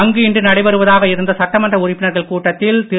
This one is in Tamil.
அங்கு இன்று நடைபெறுவதாக இருந்த சட்டமன்ற உறுப்பினர்கள் கூட்டத்தில் திரு